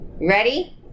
Ready